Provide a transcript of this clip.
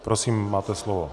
Prosím, máte slovo.